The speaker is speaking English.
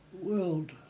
world